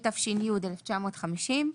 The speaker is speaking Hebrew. התש"י-1950,